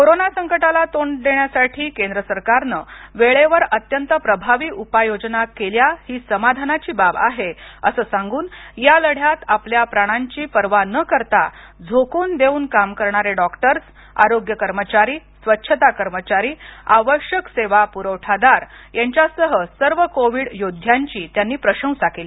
corona संकटाला तोंड देण्यासाठी केंद्र सरकारनं वेळेवर अत्यंत प्रभावी उपाययोजना केल्या हि समाधानाची बाब आहे असं सांगून या लढ्यात आपल्या प्राणांची पर्वा न करता झोकून देऊन काम करणारे डॉक्टर्स आरोग्य कर्मचारी स्वच्छता कर्मचारी आवश्यक सेवा पुरवठादार यांच्यासह सर्व कोविड योद्ध्यांची त्यांनी प्रशंसा केली